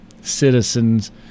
citizens